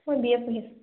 মই B A পঢ়ি আছোঁ